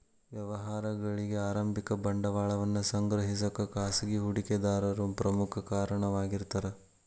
ವ್ಯವಹಾರಗಳಿಗಿ ಆರಂಭಿಕ ಬಂಡವಾಳವನ್ನ ಸಂಗ್ರಹಿಸಕ ಖಾಸಗಿ ಹೂಡಿಕೆದಾರರು ಪ್ರಮುಖ ಕಾರಣವಾಗಿರ್ತಾರ